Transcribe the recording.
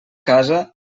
casa